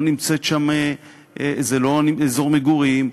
זה לא אזור מגורים,